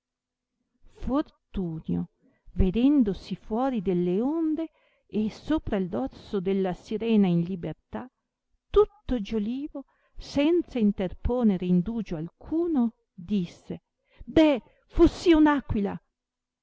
fortunio vedendosi fuori delle onde e sopra il dorso della sirena in libertà tutto giolivo senza interponere indugio alcuno disse deh fuss